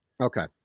Okay